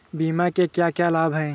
बीमा के क्या क्या लाभ हैं?